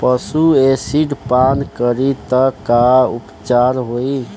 पशु एसिड पान करी त का उपचार होई?